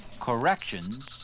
corrections